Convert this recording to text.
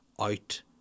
out